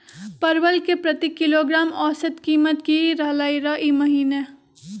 परवल के प्रति किलोग्राम औसत कीमत की रहलई र ई महीने?